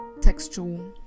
textual